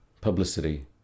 publicity